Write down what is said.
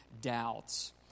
doubts